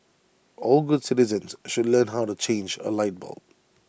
all good citizens should learn how to change A light bulb